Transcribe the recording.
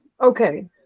Okay